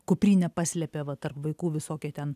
kuprinę paslėpė va tarp vaikų visokie ten